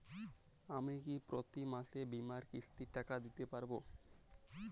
আমি কি প্রতি মাসে বীমার কিস্তির টাকা দিতে পারবো?